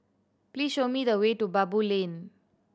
please show me the way to Baboo Lane